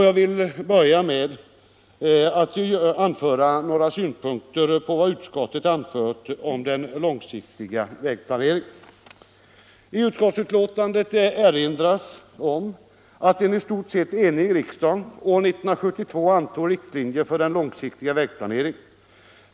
Jag vill då börja med några synpunkter på vad utskottet anfört om den långsiktiga vägplaneringen. I utskottets betänkande erinras om att en i stort sett enig riksdag år 1972 antog riktlinjer för den långsiktiga vägplaneringen.